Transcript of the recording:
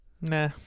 Nah